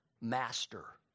master